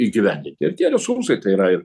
įgyvendinti ir tie resursai tai yra ir